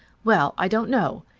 well, i don't know.